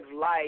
life